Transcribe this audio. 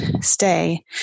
stay